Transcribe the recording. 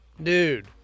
Dude